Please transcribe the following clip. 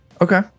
Okay